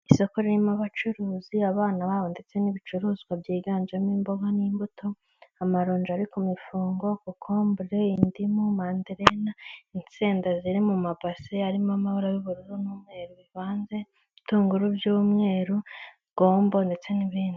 Mu muhanda harimo imodoka isize irangi ry'ubururu, imbere harimo haraturukayo ipikipiki ihetse umuntu, hirya gatoya hahagaze umuntu, ku muhanda hari ibiti binini cyane.